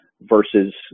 versus